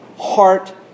heart